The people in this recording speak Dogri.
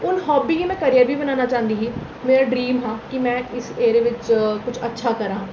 हून हाब्बी गी में करियर बी बनाना चांह्दी ही मेरा ड्रीम हा कि में इस एह्दे बिच किश अच्छा करां